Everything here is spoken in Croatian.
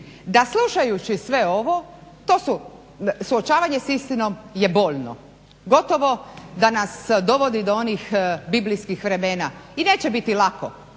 da slušajući sve ovo, to su suočavanje s istinom je bolno, gotovo da nas dovodi do onih biblijskih vremena. I neće biti lako